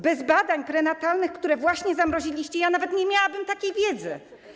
Bez badań prenatalnych, które właśnie zamroziliście, nawet nie miałabym takiej wiedzy.